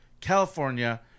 California